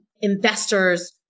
investors